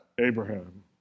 Abraham